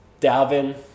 Dalvin